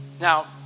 Now